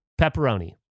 pepperoni